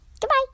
Goodbye